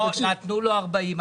נתנו לו 40%,